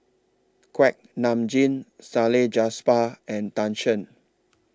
Kuak Nam Jin Salleh and Tan Shen